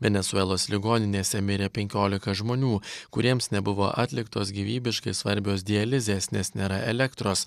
venesuelos ligoninėse mirė penkiolika žmonių kuriems nebuvo atliktos gyvybiškai svarbios dializės nes nėra elektros